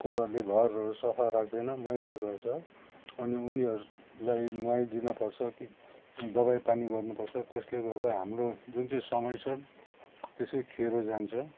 कुकुरहरूले घरहरू सफा राख्दैन मैला गर्छ अनि उनीहरूलाई नुहाइदिन पर्छ कि दबाई पानी गर्नु पर्छ त्यसले गर्दा हाम्रो जुन चाहिँ समय छ त्यसै खेर जान्छ